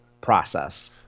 process